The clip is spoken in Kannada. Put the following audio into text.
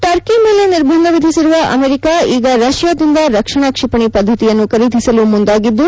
ಟರ್ಕಿ ಮೇಲೆ ನಿರ್ಬಂಧವಿಧಿಸಿರುವ ಅಮೆರಿಕ ಈಗ ರಷ್ಲಾದಿಂದ ರಕ್ಷಣಾ ಕ್ಷಿಪಣಿ ಪದ್ದತಿಯನ್ನು ಖರೀದಿಸಲು ಮುಂದಾಗಿದ್ದು